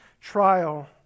trial